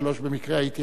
במקרה הייתי אני,